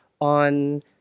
on